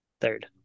third